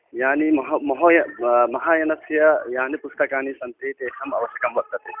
यानि महा महो महायानस्य यानि पुस्तकानि सन्ति तेषां आवश्यकं वर्तते